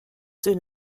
soon